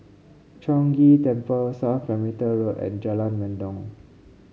Chong Ghee Temple South Perimeter Road and Jalan Mendong